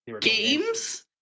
games